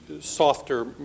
softer